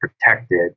protected